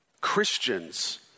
Christians